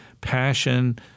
passion